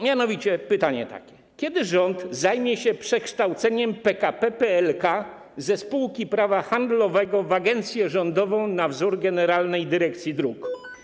Mianowicie pytanie jest takie: Kiedy rząd zajmie się przekształceniem PKP PLK ze spółki prawa handlowego w agencję rządową na wzór generalnej dyrekcji dróg?